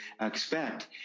expect